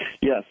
Yes